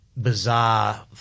bizarre